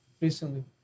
recently